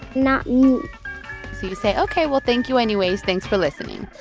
not mean so you say, ok, well, thank you anyways. thanks for listening.